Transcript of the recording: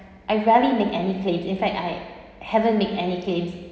I rarely make any claims in fact I haven't make any claims